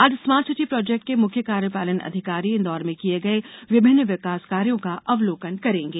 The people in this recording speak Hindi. आज स्मार्ट सिटी प्रोजेक्ट के मुख्य कार्यपालन अधिकारी इंदौर में किए गए विभिन्न विकास कार्यों का अवलोकन करेंगे